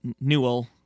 Newell